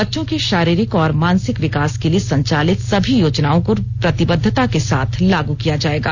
बच्चों के शारीरिक और मानसिक विकास के लिए संचालित सभी योजनाओं को प्रतिबद्वता के साथ लागू किया जाएगा